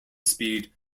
speed